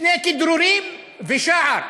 שני כדרורים ושער,